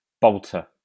bolter